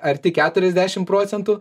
arti keturiasdešim procentų